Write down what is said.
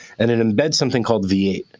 and it embeds something called v eight.